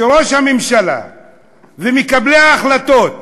ראש הממשלה ומקבלי ההחלטות